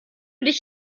dich